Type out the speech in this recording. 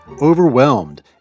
overwhelmed